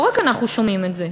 לא רק אנחנו שומעים את זה.